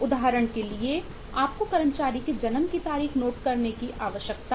उदाहरण के लिए आपको कर्मचारी के जन्म की तारीख नोट करने की आवश्यकता है